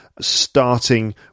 starting